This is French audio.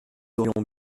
aurions